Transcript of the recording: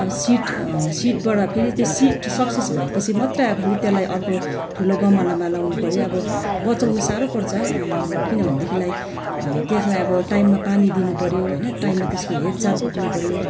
अब सिड सिडबाट फेरि त्यो सिड सक्सेस भए पछि मात्रै अब फेरि त्यसलाई अर्को ठुलो गमलामा लगाउनु पर्यो अब बचाउनु साह्रो पर्छ किनभनेदेखिलाई त्यसलाई अब टाइममा पानी दिनु पर्यो होइन टाइममा त्यसको हेरचाह पुग्नु पर्यो